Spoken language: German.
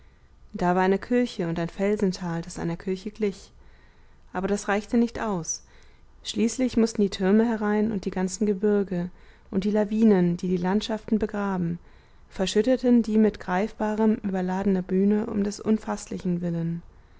da war eine kirche und ein felsental das einer kirche glich aber das reichte nicht aus schließlich mußten die türme herein und die ganzen gebirge und die lawinen die die landschaften begraben verschütteten die mit greifbarem überladene bühne um des unfaßlichen willen